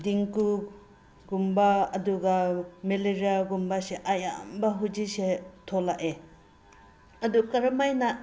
ꯗꯦꯡꯒꯨꯒꯨꯝꯕ ꯑꯗꯨꯒ ꯃꯦꯂꯔꯤꯌꯥꯒꯨꯝꯕꯁꯦ ꯑꯌꯥꯝꯕ ꯍꯧꯖꯤꯛꯁꯦ ꯊꯣꯂꯛꯑꯦ ꯑꯗꯨ ꯀꯔꯝꯍꯥꯏꯅ